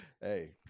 Hey